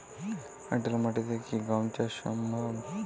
এঁটেল মাটিতে কি গম চাষ সম্ভব?